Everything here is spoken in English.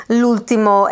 l'ultimo